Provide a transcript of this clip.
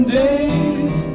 days